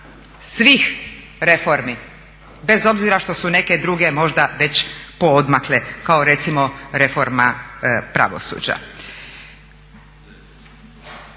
svih reformi, bez obzira što su neke druge možda već poodmakle kao recimo reforma pravosuđa.